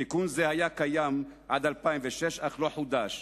תיקון זה היה קיים עד 2006, אך לא חודש.